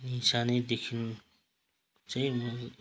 सानैदेखि चाहिँ म